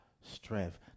strength